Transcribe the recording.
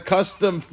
Custom